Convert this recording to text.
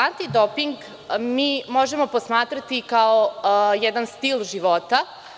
Antidoping mi možemo posmatrati kao jedan stil života.